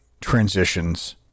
transitions